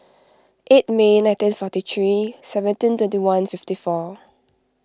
eight May nineteen forty three seventeen twenty one fifty four